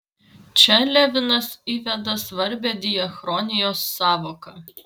čia levinas įveda svarbią diachronijos sąvoką